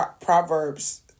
Proverbs